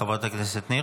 חברת הכנסת ניר.